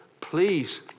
please